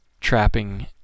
trapping